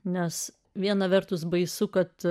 nes viena vertus baisu kad